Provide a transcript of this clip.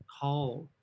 call